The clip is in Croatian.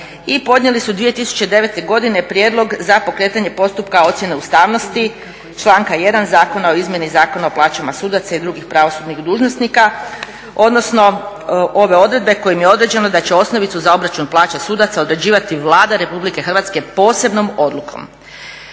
i podnijeli su 2009. godine prijedlog za pokretanje postupka ocjene ustavnosti, članka 1. Zakona o izmjeni Zakona o plaćama sudaca i drugih pravosudnih dužnosnika odnosno ove odredbe kojima je određeno da će osnovicu za obračun plaća sudaca određivati Vlada Republike Hrvatske posebnom odlukom.